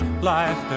life